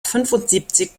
fünfundsiebzig